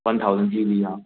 one thousand जी भैया